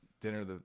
dinner